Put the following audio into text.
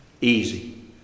Easy